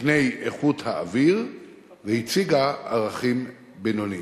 תקני איכות האוויר והציגה ערכים בינוניים".